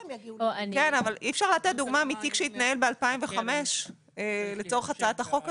אי אפשר לתת דוגמה מתיק שהתנהל ב-2005 לצורך הצעת החוק הזאת.